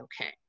okay